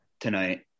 tonight